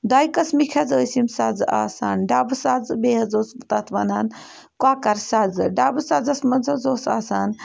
دۄیہِ قٕسمٕکۍ حظ ٲسۍ یِم سَزٕ آسان ڈَبہٕ سَزٕ بیٚیہِ حظ اوس تَتھ وَنان کۄکَر سَزٕ ڈَبہٕ سَزَس منٛز حظ اوس آسان